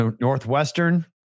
Northwestern